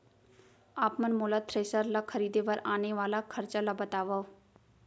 आप मन मोला थ्रेसर ल खरीदे बर आने वाला खरचा ल बतावव?